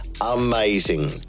Amazing